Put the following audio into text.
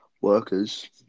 workers